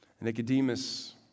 Nicodemus